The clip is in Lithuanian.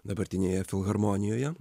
dabartinėje filharmonijoje